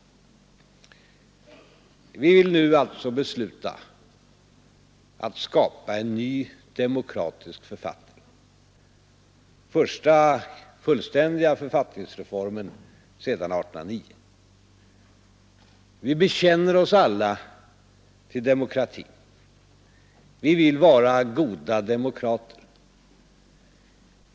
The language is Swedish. Vi vill alltså nu besluta att skapa en ny demokratisk författning — den första fullständiga författningsreformen sedan 1809. Vi bekänner oss alla till demokratin. Vi vill vara goda demokrater.